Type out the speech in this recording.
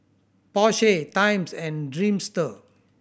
Porsche Times and Dreamster